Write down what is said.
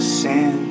sin